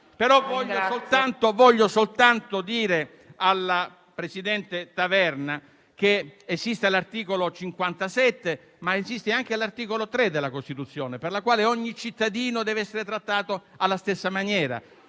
Voglio soltanto dire alla presidente Taverna che esiste l'articolo 57, ma esiste anche l'articolo 3 della Costituzione, per il quale ogni cittadino deve essere trattato alla stessa maniera